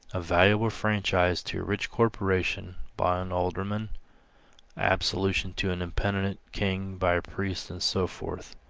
a valuable franchise to a rich corporation, by an alderman absolution to an impenitent king, by a priest, and so forth.